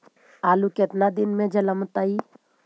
आलू केतना दिन में जलमतइ?